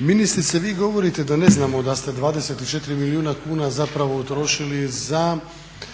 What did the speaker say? ministrice, vi govorite da ne znamo da ste 24 milijuna kuna utrošili za